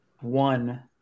one